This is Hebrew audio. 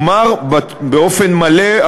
יאמר באופן מלא,